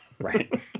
Right